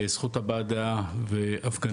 זכות הבעת דעה והפגנות,